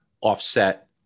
offset